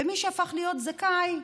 ומי שהפך להיות זכאי,